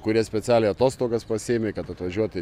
kurie specialiai atostogas pasiėmė kad atvažiuoti